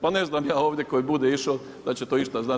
Pa ne znam ja ovdje koji bude išao da će to išta znati.